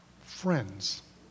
friends